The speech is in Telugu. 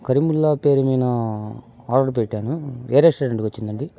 కరిముల్లా పేరు మీనా ఆర్డర్ పెట్టాను ఏ రెస్టారెంట్కి వచ్చిందండీ